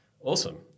awesome